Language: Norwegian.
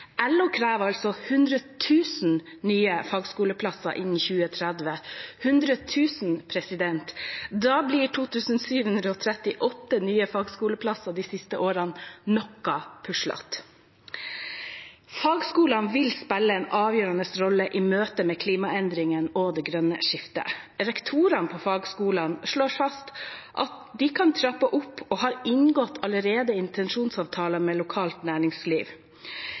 LO krever 100 000 nye fagskoleplasser innen 2030 – 100 000, president! Da blir 2 738 nye fagskoleplasser de siste årene noe puslete. Fagskolene vil spille en avgjørende rolle i møte med klimaendringene og det grønne skiftet. Rektorene på fagskolene slår fast at de kan trappe opp og har inngått intensjonsavtaler med lokalt næringsliv